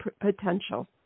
potential